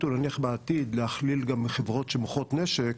אם יחליטו נניח בעתיד להכליל גם חברות שמכרות נשק